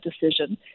decision